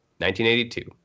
1982